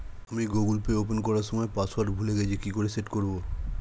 আমি Google Pay open করার সময় পাসওয়ার্ড ভুলে গেছি কি করে সেট করব?